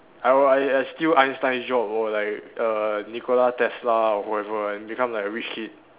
I will I I steal Einstein's job or like err Nikola Tesla or whoever and become like a rich kid